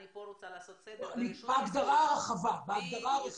אני רוצה לעשות פה סדר --- בהגדרה רחבה, כמובן.